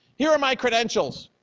here are my credentials.